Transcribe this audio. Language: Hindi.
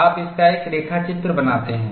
आप इसका एक रेखाचित्र बनाते हैं